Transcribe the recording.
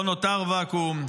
לא נותר ואקום.